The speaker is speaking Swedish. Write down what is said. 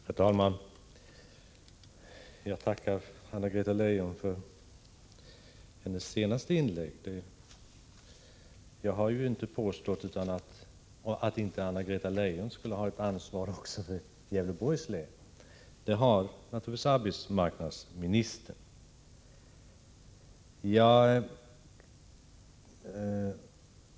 Herr talman! Jag tackar Anna-Greta Leijon för hennes senaste inlägg. Jag har inte påstått annat än att Anna-Greta Leijon skulle ha ansvar också för Gävleborgs län. Självfallet har arbetsmarknadsministern det.